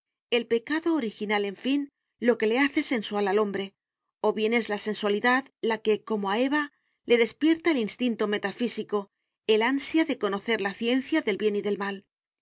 el pecado original en fin lo que le hace sensual al hombre o bien es la sensualidad la que como a eva le despierta el instinto metafísico el ansia de conocer la ciencia del bien y del mal